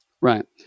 Right